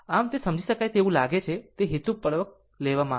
આમ તે સમજી શકાય તેવું લાગે તે હેતુપૂર્વક લેવામાં આવ્યું છે